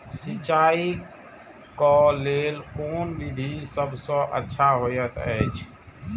सिंचाई क लेल कोन विधि सबसँ अच्छा होयत अछि?